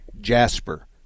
Jasper